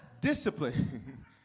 Discipline